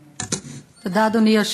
תודה, אדוני.